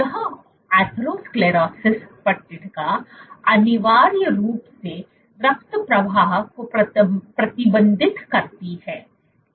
यह एथेरोस्क्लेरोसिस पट्टिका अनिवार्य रूप से रक्त प्रवाह को प्रतिबंधित करती है